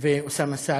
ואוסאמה סעדי,